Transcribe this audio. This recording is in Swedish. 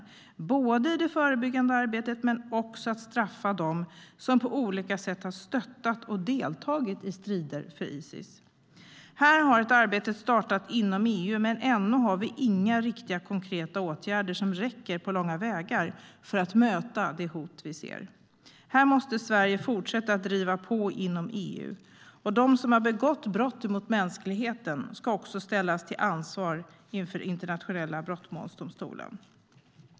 Det handlar om det förebyggande arbetet men också om att straffa dem som på olika sätt har stöttat och deltagit i strider för Isis. Här har ett arbete startat inom EU, men ännu har vi inga riktigt konkreta åtgärder som räcker för att möta det hot vi ser - de räcker inte på långa vägar. Här måste Sverige fortsätta att driva på inom EU. De som har begått brott mot mänskligheten ska också ställas till ansvar inför Internationella brottmålsdomstolen.